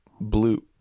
blue